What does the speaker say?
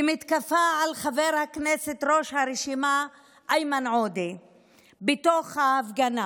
למתקפה על חבר הכנסת ראש הרשימה איימן עודה בתוך ההפגנה.